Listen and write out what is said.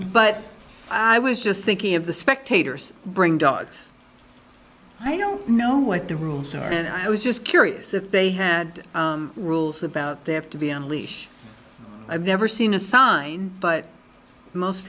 but i was just thinking of the spectators bring dogs i don't know what the rules are and i was just curious if they had rules about they have to be on a leash i've never seen a sign but most